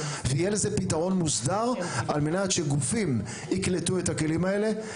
ויהיה לזה פיתרון מוסדר על מנת שגופים יקלטו את הכלים האלה,